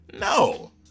No